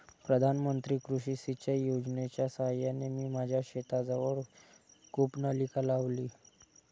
प्रधानमंत्री कृषी सिंचाई योजनेच्या साहाय्याने मी माझ्या शेताजवळ कूपनलिका लावली